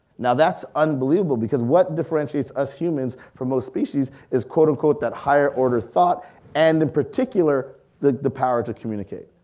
now that's unbelievable because what differentiates us humans from most species is quote unquote that higher order thought and in particular the the power to communicate.